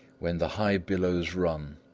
when the high billows run,